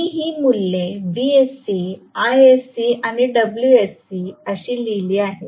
मी हि मूल्ये Vsc Isc आणि Wsc अशी लिहिली आहेत